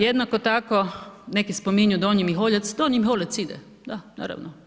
Jednako tako, neki spominju Donji Miholjac, Donji Miholjac ide, da, naravno.